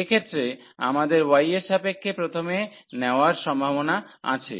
এক্ষেত্রে আমাদের y এর সাপেক্ষে প্রথমে নেওয়ার সম্ভাবনা আছে